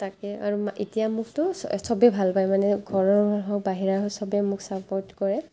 তাকে আৰু মা এতিয়া মোকতো সবে ভাল পায় মানে ঘৰৰ হওঁক বাহিৰা হওঁক সবে মোক ছাপোৰ্ট কৰে